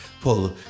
pull